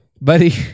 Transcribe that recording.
Buddy